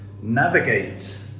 navigate